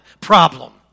problem